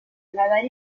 nadar